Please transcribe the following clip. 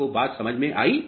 आपको बात समझ में आई